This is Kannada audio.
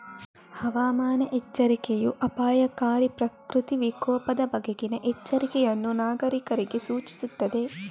ಹವಾಮಾನ ಎಚ್ಚರಿಕೆಯೂ ಅಪಾಯಕಾರಿ ಪ್ರಕೃತಿ ವಿಕೋಪದ ಬಗೆಗಿನ ಎಚ್ಚರಿಕೆಯನ್ನು ನಾಗರೀಕರಿಗೆ ಸೂಚಿಸುತ್ತದೆ